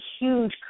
huge